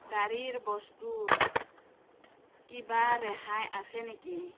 গাড়ীৰ বস্তুত কিবা ৰেহাই আছে নেকি